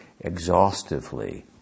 exhaustively